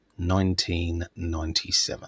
1997